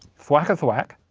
thwacka-thwack,